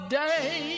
day